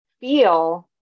feel